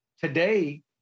Today